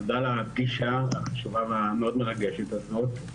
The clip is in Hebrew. תודה על הפגישה החשובה והמאוד מרגשת הזאת.